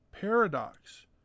paradox